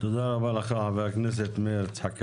תודה רבה לך, חבר הכנסת מאיר יצחק הלוי.